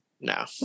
no